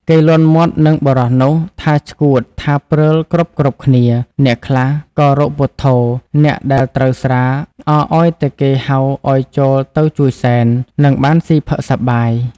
គេលាន់មាត់និងបុរសនោះ ថាឆ្កួតថាព្រើលគ្រប់ៗ គ្នា អ្នកខ្លះក៏រកពុទ្ធោ អ្នកដែលត្រូវស្រា អរឱ្យតែគេហៅឱ្យចូលទៅជួយសែន និងបានស៊ីផឹកសប្បាយ ។